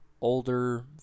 older